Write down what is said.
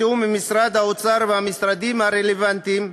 בתיאום עם משרד האוצר והמשרדים הרלוונטיים,